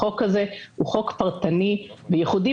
החוק הזה הוא חוק פרטני וייחודי.